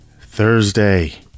Thursday